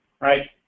right